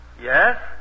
Yes